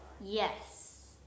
Yes